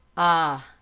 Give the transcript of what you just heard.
ah!